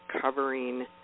covering